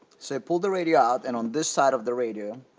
so pull the radio out and on this side of the radio